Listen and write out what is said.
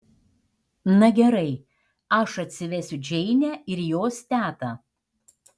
na gerai aš atsivesiu džeinę ir jos tetą